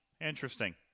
interesting